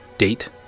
date